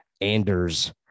Anders